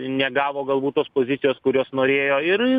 negavo galbūt tos pozicijos kurios norėjo ir